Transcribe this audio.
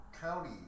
county